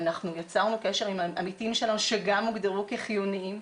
אנחנו יצרנו קשר עם העמיתים שלנו שגם הוגדרו כחיוניים,